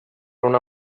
una